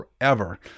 forever